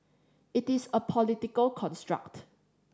it is a political construct